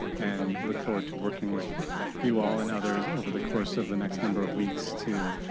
and look forward to working with you all and others over the course of the next number of weeks to